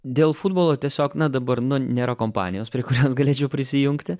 dėl futbolo tiesiog na dabar nu nėra kompanijos prie kurios galėčiau prisijungti